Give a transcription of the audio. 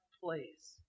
place